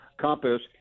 compass